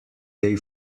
they